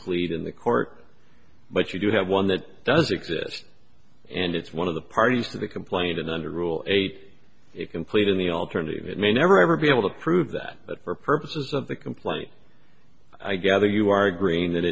plead in the court but you do have one that does exist and it's one of the parties to the complaint and under rule eight it complete in the alternative it may never ever be able to prove that but for purposes of the complaint i gather you are agreeing that